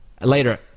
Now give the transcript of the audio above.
later